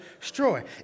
destroy